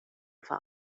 فقط